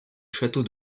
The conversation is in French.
château